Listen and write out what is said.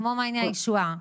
כמו מעייני הישועה,